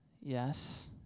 Yes